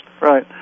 Right